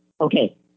Okay